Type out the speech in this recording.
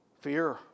fear